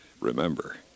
remember